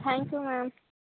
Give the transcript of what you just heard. thank you ma'am